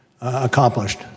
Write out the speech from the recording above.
accomplished